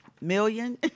million